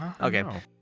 Okay